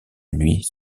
nuit